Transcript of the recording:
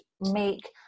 make